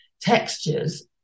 textures